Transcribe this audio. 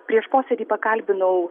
prieš posėdį pakalbinau